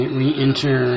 re-enter